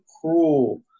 cruel